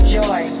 joy